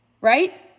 Right